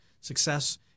Success